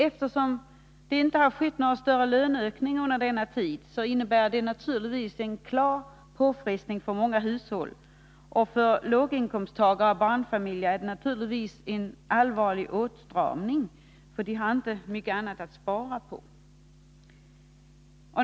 Eftersom det inte har skett några större löneökningar under denna tid innebär det naturligtvis en klar påfrestning för många hushåll. För låginkomsttagare och barnfamiljer innebär det självfallet en allvarlig åtstramning, därför att de har inte mycket att spara in på.